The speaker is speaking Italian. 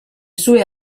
sue